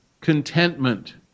contentment